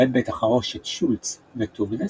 בהם בית החרושת שולץ וטובנס,